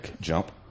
Jump